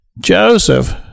Joseph